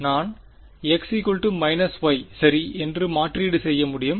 நான் x y சரி என்று மாற்றீடு செய்ய முடியும்